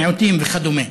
מיעוטים וכדומה.